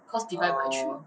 uh